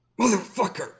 Motherfucker